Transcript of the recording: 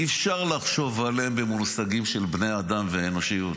אי-אפשר לחשוב עליהם במושגים של בני אדם ואנושיות.